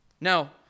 Now